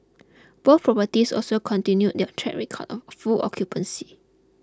both properties also continued their track record of full occupancy